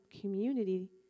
community